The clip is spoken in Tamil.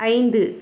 ஐந்து